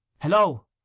Hello